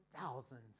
thousands